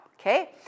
okay